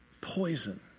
poison